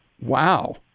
wow